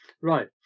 Right